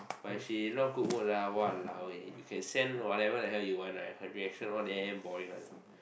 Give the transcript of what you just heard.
but if she not good mood ah !walao! eh you can send whatever the hell you want her reaction all damn boring one